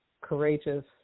courageous